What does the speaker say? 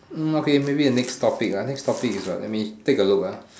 hmm okay maybe a next topic ah next topic is what let me take a look